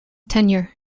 tenure